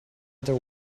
other